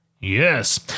Yes